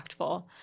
impactful